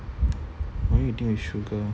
why you eating with sugar